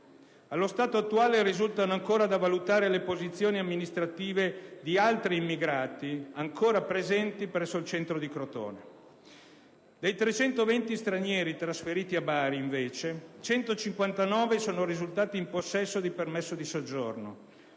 Allo stato attuale, risultano ancora da valutare le posizioni amministrative di alcuni immigrati ancora presenti presso il centro di Crotone. Dei 320 stranieri trasferiti a Bari, invece, 159 sono risultati in possesso di permesso di soggiorno,